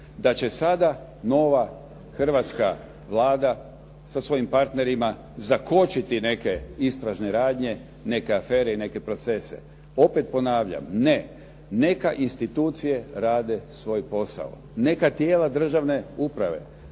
da će sada nova hrvatska Vlada sa svojim partnerima zakočiti neke istražne radnje, neke afere i neke procese. Opet ponavljam, ne. Neka institucije rade svoj posao, neka tijela državne uprave